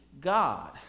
God